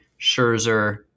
Scherzer